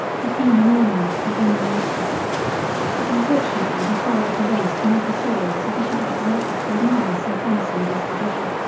have been an ornament to human nature but unfortunately her father possessed not a soul sufficiently exalted to admire so promising a disposition,